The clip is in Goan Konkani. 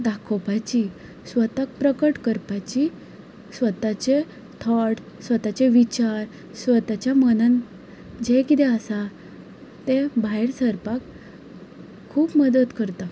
दाखोपाची स्वताक प्रकट करपाची स्वताचे थोट स्वताचे विचार स्वताचें मनन जें किदें आसा तें भायर सरपाक खूब मदत करता